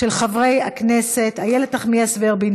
של חברי הכנסת איילת נחמיאס ורבין,